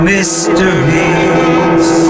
Mysteries